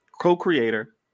co-creator